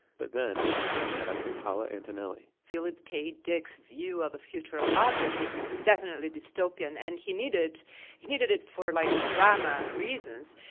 but then he met up with paola antonelli philip k. dick's view of the future of objects was definitely dystopian and he needed he needed it for like drama reasons.